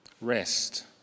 Rest